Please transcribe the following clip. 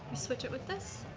switch it with this?